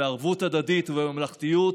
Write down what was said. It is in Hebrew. בערבות הדדית ובממלכתיות